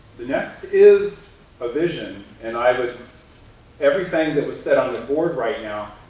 the next is a vision, and i would everything that was said on the board right now,